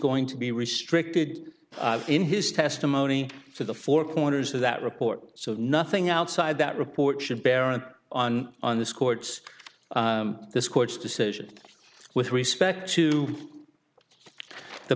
going to be restricted in his testimony to the four corners of that report so nothing outside that report should bear an on on this court's this court's decision with respect to the